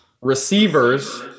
Receivers